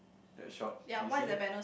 that shop did you see that